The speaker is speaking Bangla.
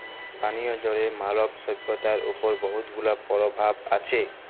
পানীয় জলের মালব সইভ্যতার উপর বহুত গুলা পরভাব আছে